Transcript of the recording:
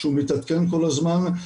שהוא מתעדכן כל הזמן.